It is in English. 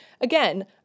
again